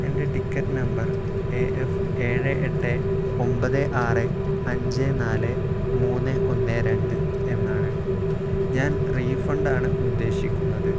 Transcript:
എൻ്റെ ticket number A F ഏഴ് എട്ട് ഒമ്പത് ആറ് അഞ്ച് നാല് മൂന്ന് ഒന്ന് രണ്ട് എന്നാണ് ഞാൻ റീഫണ്ടാണ് ഉദ്ദേശിക്കുന്നത്